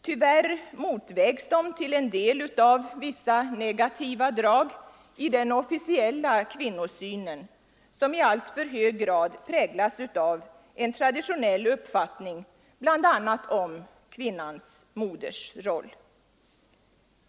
Tyvärr motvägs de till en del av vissa negativa drag i den officiella kvinnosynen, som i alltför hög grad präglas av en traditionell uppfattning om bl.a. kvinnans modersroll.